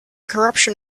corruption